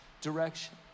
direction